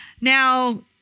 Now